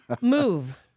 Move